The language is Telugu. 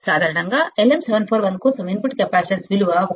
సాధారణంగా LM741 కోసం ఇన్పుట్ కెపాసిటెన్స్ విలువ 1